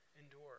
endure